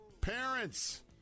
parents